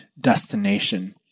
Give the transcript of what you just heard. destination